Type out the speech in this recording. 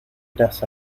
eras